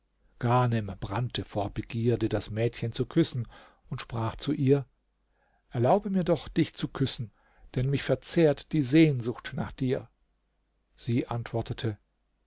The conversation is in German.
ghanem brannte vor begierde das mädchen zu küssen und sprach zu ihr erlaube mir doch dich zu küssen denn mich verzehrt die sehnsucht nach dir sie antwortete